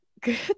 good